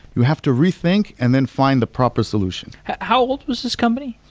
you have to rethink and then find the proper solution how old was this company?